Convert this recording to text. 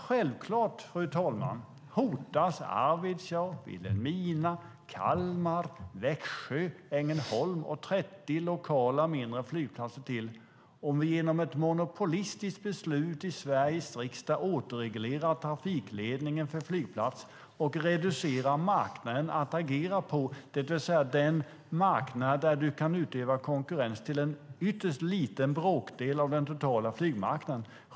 Självklart, fru talman, hotas Arvidsjaur, Vilhelmina, Kalmar, Växjö, Ängelholm och 30 lokala mindre flygplatser till om vi genom ett monopolistiskt beslut i Sveriges riksdag återreglerar trafikledningen för flygplatser och reducerar marknaden att agera på, det vill säga den marknad där du kan utöva konkurrens på en ytterst liten bråkdel av den totala flygmarknaden.